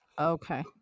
Okay